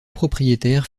propriétaire